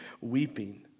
weeping